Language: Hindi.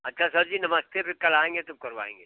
अच्छा सर जी नमस्ते तब फिर कल आएंगे तब करवाएंगे